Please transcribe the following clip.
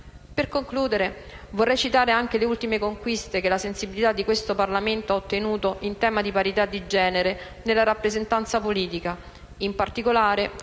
Per concludere, vorrei citare le ultime conquiste che la sensibilità di questo Parlamento ha ottenuto in tema di parità di genere nella rappresentanza politica. In particolare,